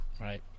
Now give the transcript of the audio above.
right